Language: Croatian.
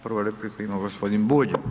Prvu repliku ima gospodin Bulj.